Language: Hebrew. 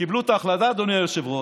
שקיבלו את ההחלטה, אדוני היושב-ראש,